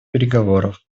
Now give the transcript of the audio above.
переговоров